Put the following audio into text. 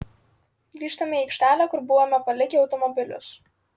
grįžtame į aikštelę kur buvome palikę automobilius